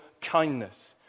kindness